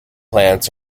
plants